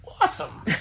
awesome